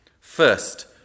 First